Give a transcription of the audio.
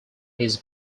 his